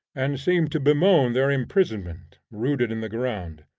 and seem to bemoan their imprisonment, rooted in the ground.